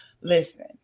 Listen